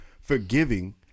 forgiving